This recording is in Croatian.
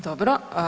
Dobro.